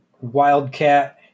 Wildcat